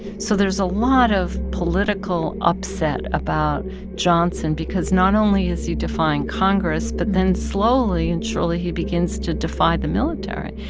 so there's a lot of political upset about johnson because not only is he defying congress but then, slowly and surely, he begins to defy the military.